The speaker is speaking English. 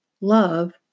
Love